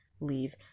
leave